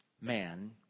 man